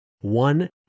One